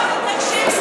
לא מתרגשים,